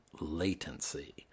latency